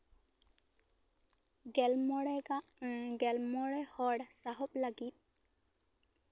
ᱜᱮᱞ ᱢᱚᱬᱮ ᱜᱮᱞ ᱢᱚᱬᱮ ᱥᱟᱦᱚᱵ ᱞᱟᱹᱜᱤᱫ